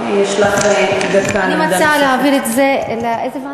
יש לך דקה לעמדה נוספת.